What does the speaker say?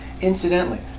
Incidentally